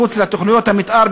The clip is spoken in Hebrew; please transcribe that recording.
מחוץ לתוכניות המתאר,